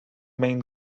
main